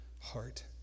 heart